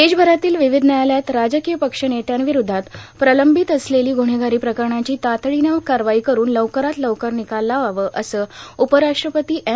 देशभरातील विविध व्यायालयात राजकीय पक्ष नेत्याविरोधात प्रलंबित असलेली गुन्हेगारी प्रकरणांची तातडीनं कारवाई करून लवकरात लवकर निकाल लावावा असं उपराष्ट्रपती एम